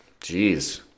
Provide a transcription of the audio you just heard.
Jeez